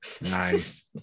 nice